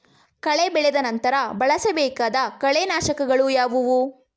ಕಳೆ ಬೆಳೆದ ನಂತರ ಬಳಸಬೇಕಾದ ಕಳೆನಾಶಕಗಳು ಯಾವುವು?